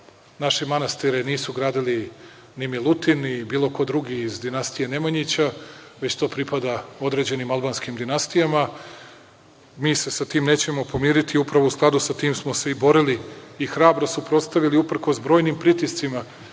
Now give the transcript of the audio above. naše manastire nisu gradili ni Milutin ni bilo ko drugi iz dinastije Nemanjića, već to pripada određenim albanskim dinastijama. Mi se sa tim nećemo pomiriti. Upravo u skladu sa tim smo se i borili i hrabro suprotstavili, uprkos brojnim pritiscima